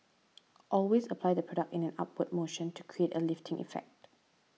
always apply the product in an upward motion to create a lifting effect